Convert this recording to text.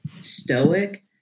stoic